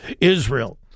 Israel